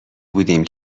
بودیم